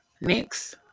Next